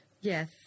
Yes